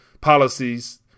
policies